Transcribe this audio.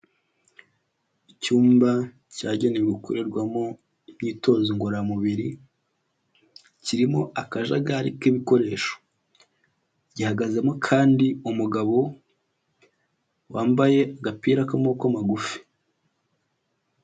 Icyumba cyagenewe gukorerwamo imyitozo ngororamubiri, kirimo akajagari k'ibikoresho, gihagazemo kandi umugabo wambaye agapira k'amaboko magufi.